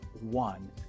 one